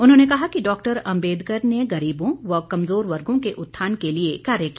उन्होंने कहा कि डॉक्टर अम्बेदकर ने गरीबों व कमजोर वर्गों के उत्थान के लिए कार्य किया